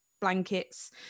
blankets